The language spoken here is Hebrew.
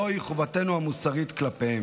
זוהי חובתנו המוסרית כלפיהם.